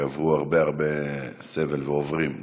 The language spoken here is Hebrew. שעברו הרבה הרבה סבל, ועוברים.